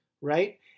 right